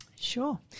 Sure